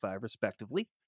respectively